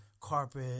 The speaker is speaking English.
carpet